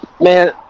Man